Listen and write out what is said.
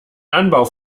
anbau